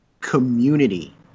community